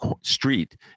street